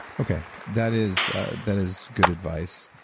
okay. that is that is good advice.